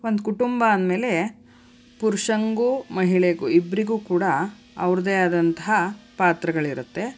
ಒಂದು ಕುಟುಂಬ ಅಂದ ಮೇಲೆ ಪುರುಷನಿಗೂ ಮಹಿಳೆಗೂ ಇಬ್ಬರಿಗೂ ಕೂಡ ಅವ್ರದೇ ಆದಂತಹ ಪಾತ್ರಗಳಿರುತ್ತೆ